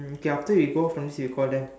okay after we go from this you call them